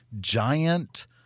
giant